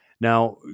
Now